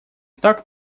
так